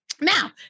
Now